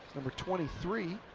number twenty three.